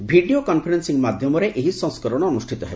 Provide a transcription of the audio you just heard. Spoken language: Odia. ଭିଡ଼ିଓ କନ୍ଫରେନ୍ସିଂ ମାଧ୍ୟମରେ ଏହି ସଂସ୍କରଣ ଅନୁଷ୍ଠିତ ହେବ